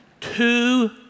two